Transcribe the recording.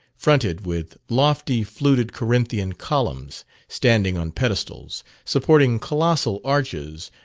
fronted with lofty fluted corinthian columns standing on pedestals, supporting colossal arches,